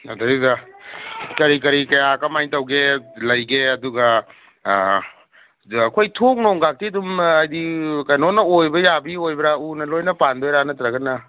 ꯑꯗꯩꯗ ꯀꯔꯤ ꯀꯔꯤ ꯀꯌꯥ ꯀꯃꯥꯏ ꯇꯧꯒꯦ ꯂꯩꯒꯦ ꯑꯗꯨꯒ ꯑꯩꯈꯣꯏ ꯊꯣꯡ ꯅꯨꯡꯒꯗꯤ ꯑꯗꯨꯝ ꯍꯥꯏꯗꯤ ꯀꯩꯅꯣꯅ ꯑꯣꯏꯕ ꯌꯥꯕꯤ ꯑꯣꯏꯕ꯭ꯔꯥ ꯎꯅ ꯂꯣꯏꯅ ꯄꯥꯟꯗꯣꯏꯔꯥ ꯅꯠꯇ꯭ꯔꯒꯅ